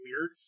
weird